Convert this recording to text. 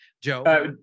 Joe